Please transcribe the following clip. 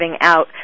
out